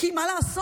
כי מה לעשות,